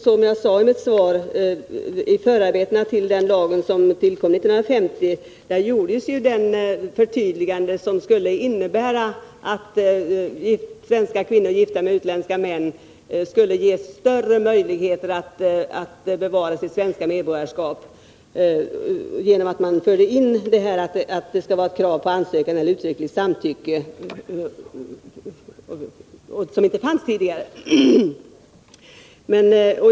Som jag sade i svaret gjordes det i förarbetena till den lag som tillkom 1950 förtydliganden som skulle innebära att svenska kvinnor gifta med utländska män skulle ges större möjligheter att bevara sitt svenska medborgarskap. Man förde in kravet på ansökan eller uttryckligt samtycke, som inte fanns tidigare.